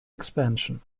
expansion